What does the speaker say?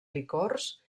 licors